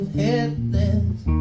headless